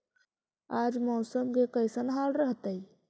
आज मौसम के कैसन हाल रहतइ?